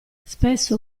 spesso